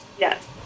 Yes